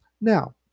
Now